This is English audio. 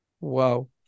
Wow